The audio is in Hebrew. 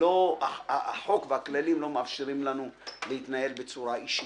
החוק והכללים לא מאפשרים לנו להתנהל בצורה אישית.